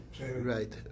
right